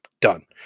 Done